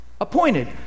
Appointed